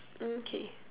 mm K